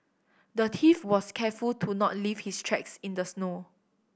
the thief was careful to not leave his tracks in the snow